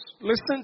listen